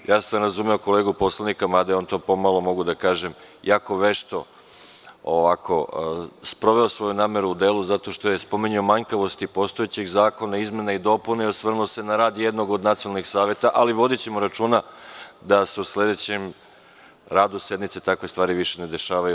Razumeo sam kolegu poslanika, mada je on, da tako kažem, jako vešto sproveo svoju nameru u delo, zato što je spominjao manjkavosti postojećeg zakona i izmena i dopuna i osvrnuo se na rad jednog od nacionalnih saveta, ali vodićemo računa da se u sledećem radu sednice takve stvari više ne dešavaju.